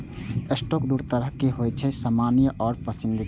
stock दू तरहक होइ छै, सामान्य आ पसंदीदा